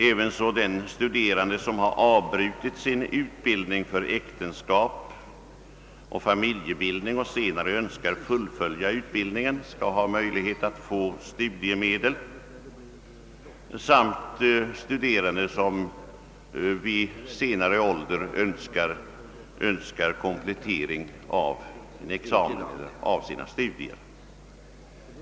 ävenså skall den studerande, som har avbrutit sin utbildning för äktenskap och familjebildning och senare önskar fullfölja utbildning, ha möjlighet att få studiemedel liksom studerande som vid högre ålder önskar komplettera sin utbildning.